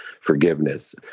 forgiveness